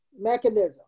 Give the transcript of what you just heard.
mechanism